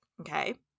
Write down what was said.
okay